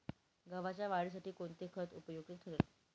गव्हाच्या वाढीसाठी कोणते खत उपयुक्त ठरेल?